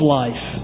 life